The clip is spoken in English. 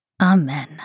Amen